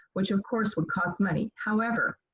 which of course would cost money. however,